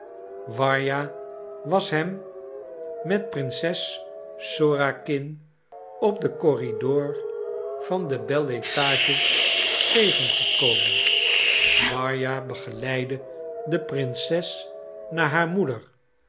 warja was hem met prinses sorakin op den corridor der beletage tegengekomen warja begeleidde de prinses naar haar moeder